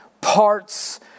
parts